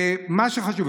ומה שחשוב,